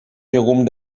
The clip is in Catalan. llegum